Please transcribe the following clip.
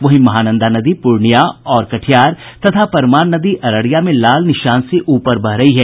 वहीं महानंदा नदी पूर्णियां और कटिहार तथा परमान नदी अररिया में खतरे के निशान से ऊपर बह रही है